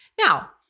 Now